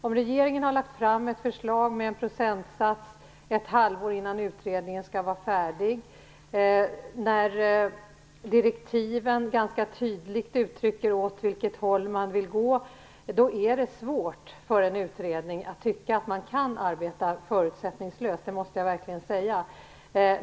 Om regeringen har lagt fram ett förslag med en procentsats ett halvår innan utredningen skall vara färdig och direktiven ganska tydligt uttrycker åt vilket håll man vill gå, måste jag verkligen säga att det är svårt för en utredning att tycka att den kan arbeta förutsättningslöst.